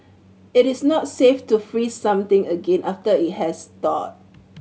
it is not safe to freeze something again after it has thawed